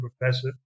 professor